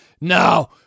No